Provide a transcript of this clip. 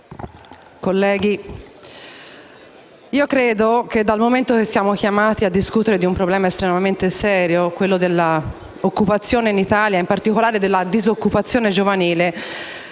colleghi, credo che dal momento che siamo chiamati a discutere di un problema estremamente serio, quello dell'occupazione in Italia e, in particolare, della disoccupazione giovanile,